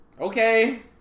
okay